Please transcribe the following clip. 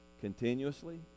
continuously